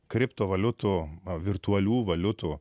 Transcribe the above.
kriptovaliutų virtualių valiutų